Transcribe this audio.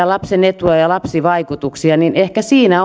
lapsen etua ja lapsivaikutuksia niin ehkä siinä